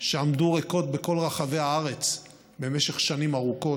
שעמדו ריקות בכל רחבי הארץ במשך שנים ארוכות.